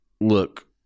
look